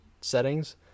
settings